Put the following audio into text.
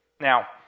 Now